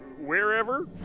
wherever